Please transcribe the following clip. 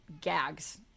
gags